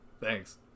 Thanks